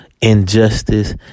injustice